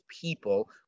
people